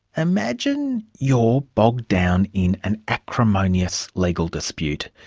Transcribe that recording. imagine you're bogged down in an acrimonious legal dispute.